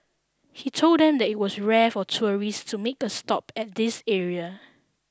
he told them that it was rare for tourists to make a stop at this area